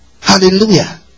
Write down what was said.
Hallelujah